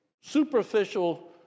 superficial